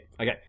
Okay